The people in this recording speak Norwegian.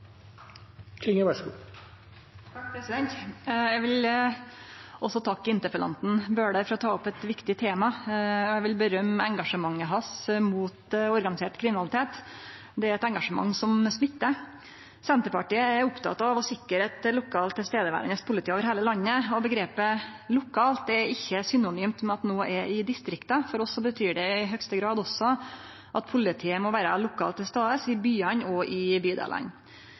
Eg vil også takke interpellanten Bøhler for å ta opp eit viktig tema. Eg vil rose engasjementet hans mot organisert kriminalitet. Det er eit engasjement som smittar. Senterpartiet er oppteke av å sikre eit lokalt nærverande politi over heile landet. Omgrepet lokalt er ikkje synonymt med at noko er i distrikta. For oss betyr det i høgste grad også at politiet må vere lokalt til stades i byane og i bydelane.